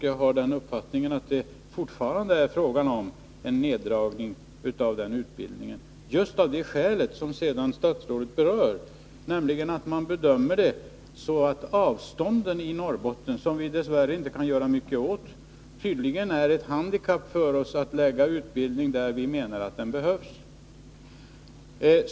Jag har uppfattningen att det fortfarande är fråga om en neddragning av denna utbildning, just av det skäl som statsrådet sedan berör, nämligen att man bedömer det så att avstånden i Norrbotten — som vi dess värre inte kan göra mycket åt — är ett handikapp när det gäller att förlägga utbildning där den behövs.